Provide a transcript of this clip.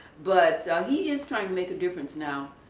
but he is trying to make a difference now.